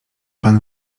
pan